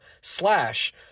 slash